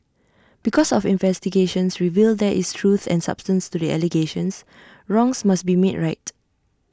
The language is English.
because of investigations reveal there is truth and substance to the allegations wrongs must be made right